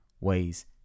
ways